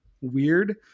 weird